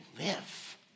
live